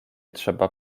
trzeba